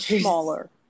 smaller